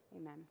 Amen